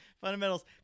Fundamentals